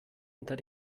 unter